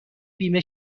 بیمه